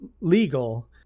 legal